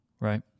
right